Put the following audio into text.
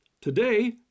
Today